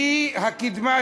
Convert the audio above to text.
והאי-קידמה,